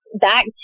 back